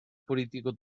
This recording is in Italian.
politico